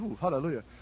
hallelujah